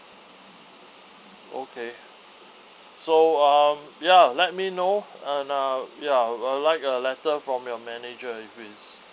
okay so um ya let me know and uh ya I'll like a letter from your manager if is